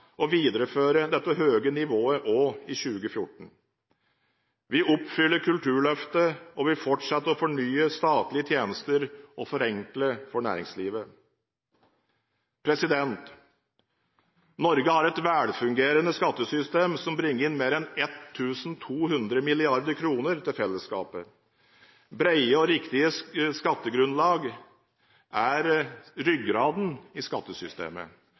dette høye nivået også i 2014. Vi oppfyller Kulturløftet, og vi fortsetter å fornye statlige tjenester og forenkle for næringslivet. Norge har et velfungerende skattesystem som bringer inn mer enn 1 200 mrd. kr til fellesskapet. Brede og riktige skattegrunnlag er ryggraden i skattesystemet.